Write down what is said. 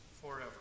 forever